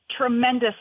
tremendous